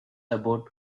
about